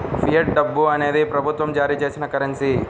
fiat డబ్బు అనేది ప్రభుత్వం జారీ చేసిన కరెన్సీ